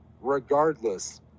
Regardless